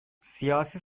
siyasi